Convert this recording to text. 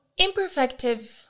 imperfective